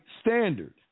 standard